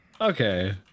Okay